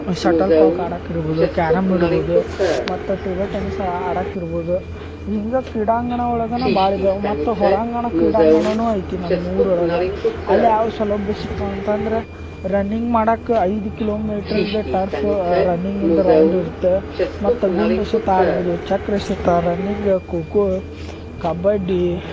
shuttle quack ಆಡಕಿರ್ಬೋದು carrom ಇಡ್ಬೋದು ಮತ್ತು ಟೇಬಲ್ ಟೆನ್ನಿಸ್ ಆಡಕ್ಕೆ ಇರ್ಬೋದು ಹಿಂಗೆ ಕ್ರೀಡಾಂಗಣ ಒಳಗೆನೆ ಭಾಳ ಇದಾವ ಮತ್ತು ಹೊರಾಂಗಣ ಕ್ರೀಡಾಂಗಣವು ಐತಿ ನಮ್ಮ ಊರೊಳಗೆ ಅಲ್ಲಿ ಯಾವ ಸೌಲಭ್ಯ ಸಿಕ್ತಾವ ಅಂತಂದರೆ ರನ್ನಿಂಗ್ ಮಾಡಕ್ಕೆ ಐದು ಕಿಲೋಮೀಟ್ರದ ಟರ್ಫ್ ರನ್ನಿಂಗಿಂದ ರೌಂಡ್ ಇರುತ್ತೆ ಮತ್ತು ಗುಂಡೆಸೆತ ಆಡ್ಬೋದು ಚಕ್ರ ಎಸೆತ ರನ್ನಿಂಗ್ ಕೋಕೋ ಕಬಡ್ಡಿ